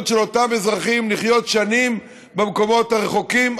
של אותם אזרחים לחיות שנים במקומות הרחוקים,